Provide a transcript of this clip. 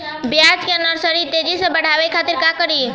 प्याज के नर्सरी तेजी से बढ़ावे के खातिर का करी?